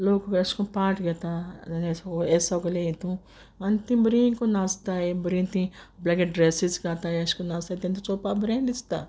लोक अेशकोन्न पार्ट घेता हेर सोगले इतून आनी तीं बोरी कोन्न नाचताय बोरीं तीं आपल्यागे ड्रेसीस घाताय अेशकोन्न नाचताय तेंक चोवपा बोरें दिसता